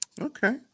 Okay